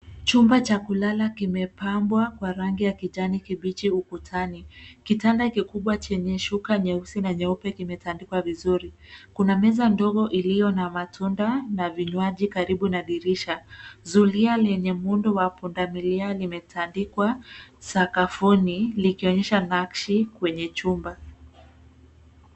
Chumba cha kulala kimepangwa kwa ranginya kijani kibichi ukutani .Kitanda kikubwa chenye shuka nyeusi na nyeupe kimetandikwa vizuri. Kuna meza ndogo iliyo na matunda na vinywaji karibu na dirisha. Zulia lenye muundo wa pundamilia limetandikwa sakafuni likionyesha nakshi kwenye chumba.